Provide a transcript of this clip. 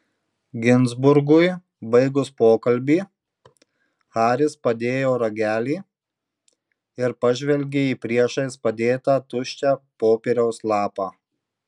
ginzburgui baigus pokalbį haris padėjo ragelį ir pažvelgė į priešais padėtą tuščią popieriaus lapą